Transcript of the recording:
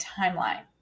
timeline